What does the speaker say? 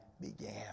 began